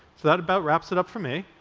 so that about wraps it up for me.